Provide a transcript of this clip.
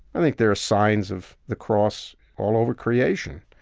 i think there are signs of the cross all over creation.